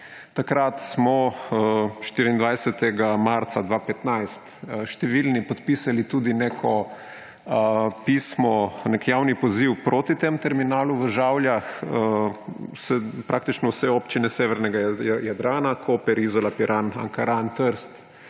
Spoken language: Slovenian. Takrat, 24. marca 2015, smo številni podpisali tudi neko pismo, nek javni poziv proti temu terminalu v Žavljah, praktično vse občine severnega Jadrana, Koper, Izola, Piran, Ankaran, Trst,